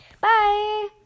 Bye